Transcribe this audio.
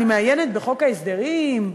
אני מעיינת בחוק ההסדרים,